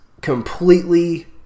completely